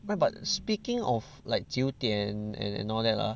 why but speaking of like 酒店 and and all that lah